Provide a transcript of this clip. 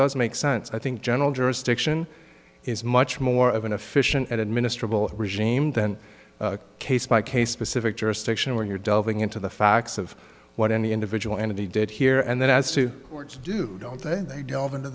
does make sense i think general jurisdiction is much more of an efficient at and minister will regime than a case by case basis if it jurisdiction where you're delving into the facts of what any individual entity did here and that has to do don't they they delve into